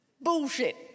Bullshit